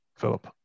Philip